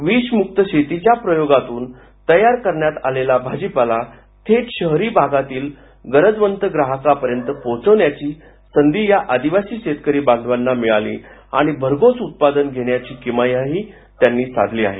विषमुक्त शेतीच्या प्रयोगातून तयार करण्यात आलेला भाजीपाला थेट शहरी भागातील गरजवंत ग्राहकापर्यंत पोहोचवण्याची संधी या आदिवासी शेतकरी बांधवांना मिळाली आणि भरघोस उत्पादन घेण्याची किमयाही त्यांनी साधली आहे